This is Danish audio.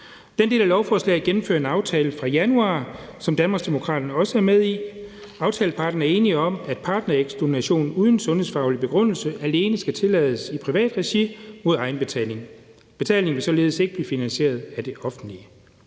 Den del af lovforslaget gennemfører en aftale fra januar, som Danmarksdemokraterne også er med i. Aftaleparterne er enige om, at partnerægdonation uden sundhedsfaglig begrundelse alene skal tillades i privat regi mod egenbetaling. Betalingen vil således ikke blive finansieret af det offentlige.